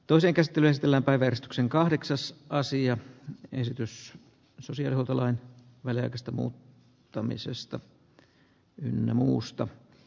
toisen käsittelyn eteläpää veistoksen kahdeksas aasian esitys isosiltalan mielestä muuttamisesta versioita maailmankaikkeuteen